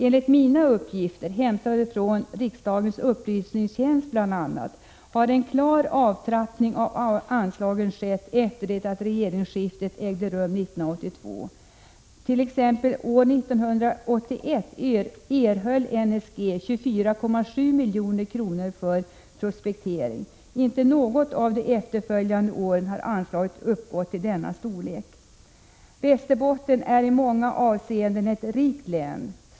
Enligt de upplysningar jag fått, bl.a. från riksdagens utredningstjänst, har en klar avtrappning av anslagen skett efter det att regeringsskiftet ägde rum 1982. År 1981 t.ex. erhöll NSG 24,7 milj.kr. för prospektering. Inte under något av de efterföljande åren har anslaget uppnått denna storlek. Västerbotten är i många avseenden ett rikt län.